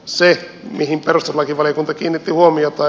se mihin perustuslakivaliokunta kiinnitti huomiota